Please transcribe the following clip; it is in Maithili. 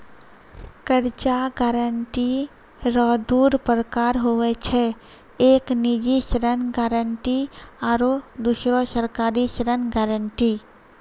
कर्जा गारंटी रो दू परकार हुवै छै एक निजी ऋण गारंटी आरो दुसरो सरकारी ऋण गारंटी